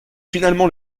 finalement